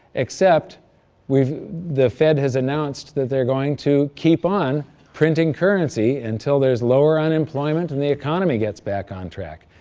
except we've the fed has announced that they're going to keep on printing currency until there's lower unemployment, and the economy gets back on track.